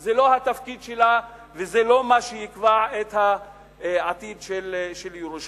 זה לא התפקיד שלה וזה לא מה שיקבע את העתיד של ירושלים.